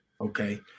Okay